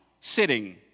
sitting